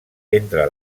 entre